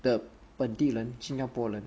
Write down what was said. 的本地人新加坡人